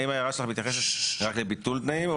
האם הערה שלך מתייחסת רק לביטול תנאים או